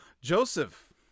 Joseph